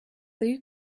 three